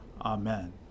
Amen